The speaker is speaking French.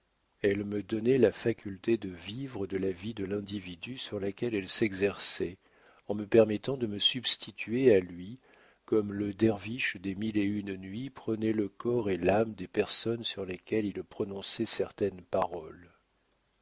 elle me donnait la faculté de vivre de la vie de l'individu sur laquelle elle s'exerçait en me permettant de me substituer à lui comme le derviche des mille et une nuits prenait le corps et l'âme des personnes sur lesquelles il prononçait certaines paroles